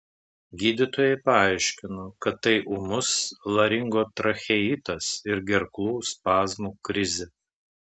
gydytojai paaiškino kad tai ūmus laringotracheitas ir gerklų spazmų krizė